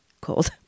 cold